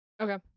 Okay